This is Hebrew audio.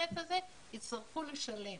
ובאינטרנט הזה הם יצטרכו לשלם